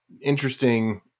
interesting